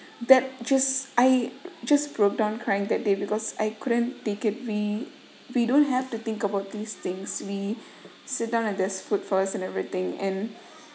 that just I just broke down crying that day because I couldn't take it we we don't have to think about these things we sit down and there's food for us and everything and